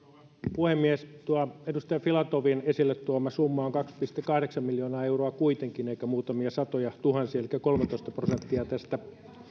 puhemies tuo edustaja filatovin esille tuoma summa on kuitenkin kaksi pilkku kahdeksan miljoonaa euroa eikä muutamia satojatuhansia elikkä kolmetoista prosenttia tästä